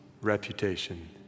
reputation